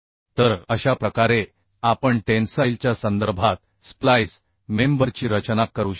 तर अशा प्रकारे आपण टेन्साइलच्या संदर्भात स्प्लाइस मेंबरची रचना करू शकतो